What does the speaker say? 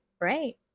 right